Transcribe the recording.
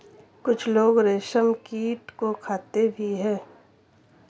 कुछ लोग रेशमकीट को खाते भी हैं